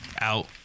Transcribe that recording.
out